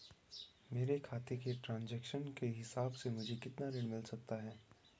मेरे खाते के ट्रान्ज़ैक्शन के हिसाब से मुझे कितना ऋण मिल सकता है?